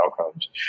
outcomes